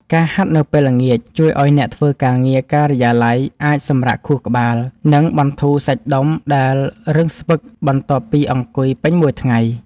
ការហាត់នៅពេលល្ងាច ជួយឱ្យអ្នកធ្វើការងារការិយាល័យអាចសម្រាកខួរក្បាល និងបន្ធូរសាច់ដុំដែលរឹងស្ពឹកបន្ទាប់ពីអង្គុយពេញមួយថ្ងៃ។